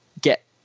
get